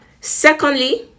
Secondly